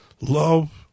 love